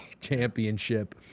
championship